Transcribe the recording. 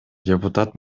депутат